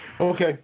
Okay